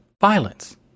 violence